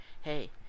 hey